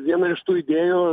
viena iš tų idėjų